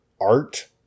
art